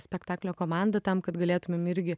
spektaklio komanda tam kad galėtumėm irgi